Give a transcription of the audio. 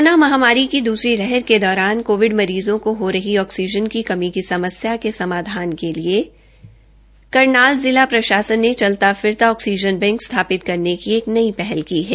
corona महामारी की दूसरी लहर के दौरान कोविड मरीज़ों को हो रही ऑक्सीजन की कमी की समस्या के समाधान के लिए करनाल के जिला प्रशासन ने चलता फिरता ऑक्सीजन बैंक स्थापित करने की एक नई पहल की है